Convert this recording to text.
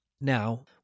Now